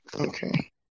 okay